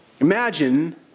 Imagine